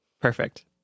Perfect